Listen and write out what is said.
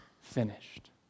finished